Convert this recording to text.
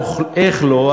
איך לא,